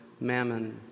mammon